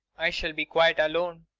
i shall be quite alone.